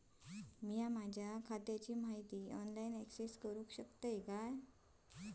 मी माझ्या खात्याची माहिती ऑनलाईन अक्सेस करूक शकतय काय?